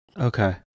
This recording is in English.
Okay